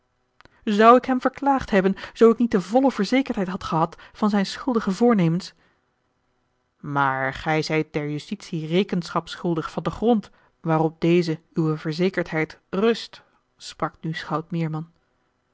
zou ik hem verklaagd hebben zoo ik niet de volle verzekerdheid had gehad van zijne schuldige voornemens maar gij zijt der justitie rekenschap schuldig van den grond waarop deze uwe verzekerdheid rust sprak nu schout meerman